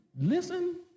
listen